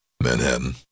Manhattan